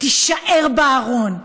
תישאר בארון.